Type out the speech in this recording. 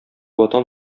ватан